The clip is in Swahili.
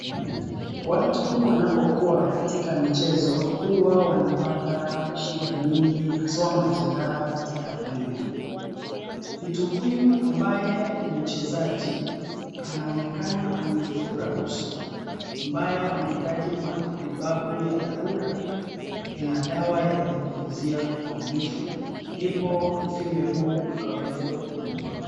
Watu wanapokuwa kwenye michezo huwa wanapata shida mingi haswa majeraha katika mwili. Mtu huyu ambaye ni mchezaji anaonekana amevura uso ambayo anahitaji matibabu ya dharura na dawa ya kumpunguzia maumivu ndipo uvimbe huu ukaweze kupungua.